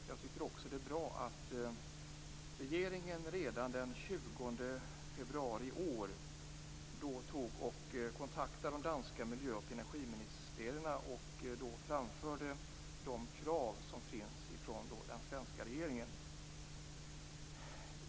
Det är också bra att regeringen redan den 20 februari i år kontaktade det danska miljö och energiministeriet och då framförde de krav som finns från den svenska regeringen.